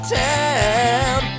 town